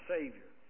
Savior